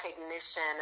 recognition